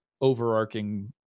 overarching